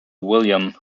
william